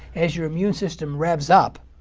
as your immune system revs up,